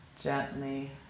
gently